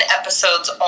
episodes